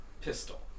pistol